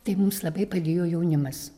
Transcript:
tai mums labai padėjo jaunimas